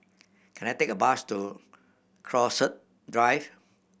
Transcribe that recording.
can I take a bus to Drive